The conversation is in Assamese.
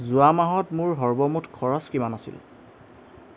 যোৱা মাহত মোৰ সৰ্বমুঠ খৰচ কিমান আছিল